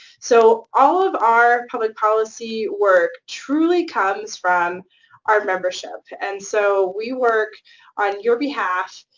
so all of our public policy work truly comes from our membership, and so we work on your behalf,